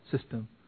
system